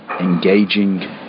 engaging